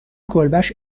کلبش